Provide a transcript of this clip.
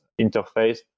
interface